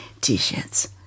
t-shirts